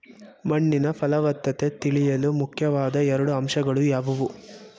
ಮಣ್ಣಿನ ಫಲವತ್ತತೆ ತಿಳಿಯಲು ಮುಖ್ಯವಾದ ಎರಡು ಅಂಶಗಳು ಯಾವುವು?